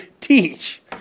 teach